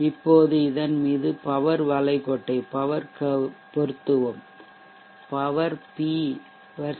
இப்போது இதன் மீது பவர் வளைகோட்டை பொருத்துவோம் பவர் P vs V